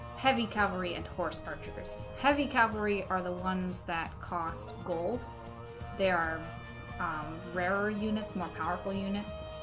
heavy cavalry and horse archers heavy cavalry are the ones that cost gold there are rarer units more powerful units